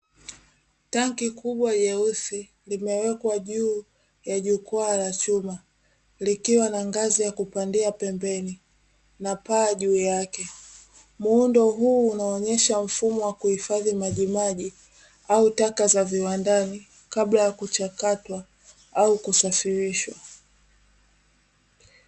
Tanki kubwa leusi, limewekwa juu ya jukwaa la chuma, likiwa na ngazi ya kupandia pembeni na paa juu yake. Muundo huu unaonyesha mfumo wa kuhifadhi majimaji au taka za viwandani kabla ya kuchakatwa au kusafirishwa.